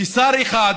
ששר אחד,